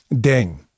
ding